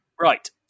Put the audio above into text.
Right